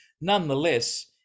nonetheless